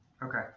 Okay